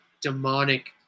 demonic